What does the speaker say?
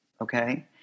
okay